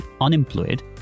unemployed